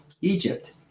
egypt